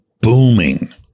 booming